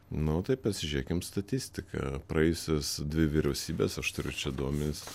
nu tai pasižiūrėkim statistiką praėjusios dvi vyriausybės aš turiu čia duomenis